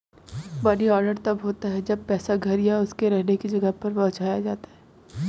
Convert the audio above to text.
money order तब होता है जब पैसा घर या उसके रहने की जगह पर पहुंचाया जाता है